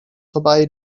vorbei